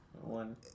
One